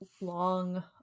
long